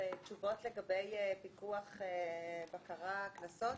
תשובות לגבי פיקוח, בקרה, קנסות.